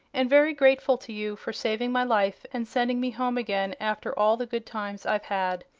and very grateful to you for saving my life and sending me home again after all the good times i've had.